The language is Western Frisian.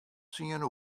tsien